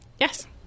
Yes